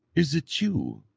is it you,